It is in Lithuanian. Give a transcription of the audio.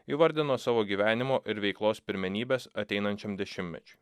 įvardino savo gyvenimo ir veiklos pirmenybes ateinančiam dešimtmečiui